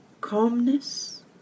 calmness